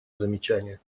замечание